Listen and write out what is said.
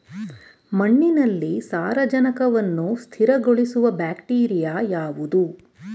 ಮಣ್ಣಿನಲ್ಲಿ ಸಾರಜನಕವನ್ನು ಸ್ಥಿರಗೊಳಿಸುವ ಬ್ಯಾಕ್ಟೀರಿಯಾ ಯಾವುದು?